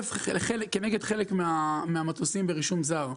נגד חלק מהמטוסים ברישום זר,